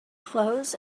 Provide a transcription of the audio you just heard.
clothes